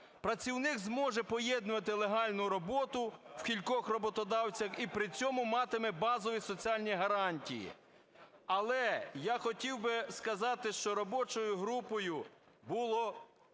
Працівник зможе поєднувати легальну роботу в кількох роботодавців і при цьому матиме базові соціальні гарантії. Але, я хотів би сказати, що робочою групою була